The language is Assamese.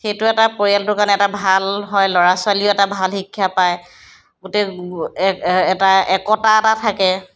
সেইটো এটা পৰিয়ালটোৰ কাৰণে এটা ভাল হয় ল'ৰা ছোৱালীও এটা ভাল শিক্ষা পায় গোটেই এটা একতা এটা থাকে